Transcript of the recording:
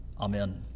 Amen